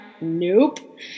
nope